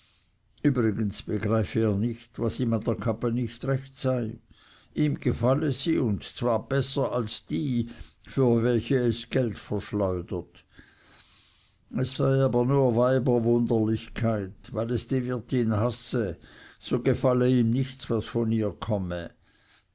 übrigens begreife er nicht was ihm an der kappe nicht recht sei ihm gefalle sie und zwar besser als die für welche es geld verschleudert es sei aber nur weiberwunderlichkeit weil es die wirtin hasse so gefalle ihm nichts was von ihr komme